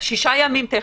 6 ימים טכני.